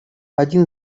один